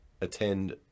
attend